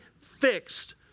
fixed